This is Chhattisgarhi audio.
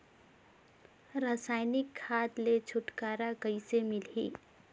रसायनिक खाद ले छुटकारा कइसे मिलही?